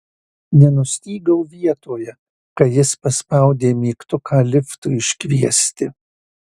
nenustygau vietoje kai jis paspaudė mygtuką liftui iškviesti